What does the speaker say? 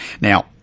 Now